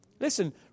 Listen